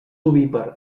ovípar